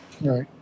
Right